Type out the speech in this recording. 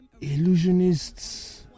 illusionists